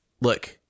look